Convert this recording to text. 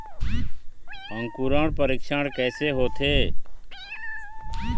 अंकुरण परीक्षण कैसे होथे?